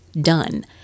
Done